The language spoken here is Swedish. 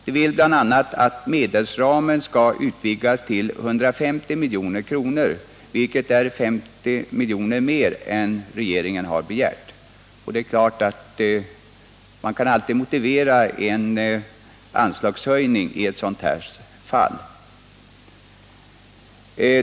Man vill bl.a. att medelsramen skall utvidgas till 150 milj.kr., vilket är 50 milj.kr. mer än regeringen har begärt. Det är klart att man alltid kan motivera en anslagshöjning i sådana här fall.